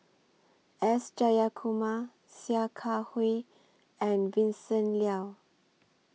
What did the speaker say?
S Jayakumar Sia Kah Hui and Vincent Leow